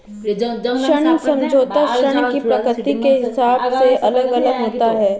ऋण समझौता ऋण की प्रकृति के हिसाब से अलग अलग होता है